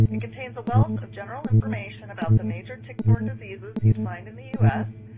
it contains a wealth of general information about the major tick-borne diseases you'd find in the u s.